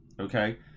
okay